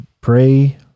pray